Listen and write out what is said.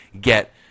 get